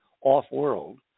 off-world